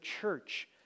church